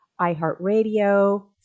iHeartRadio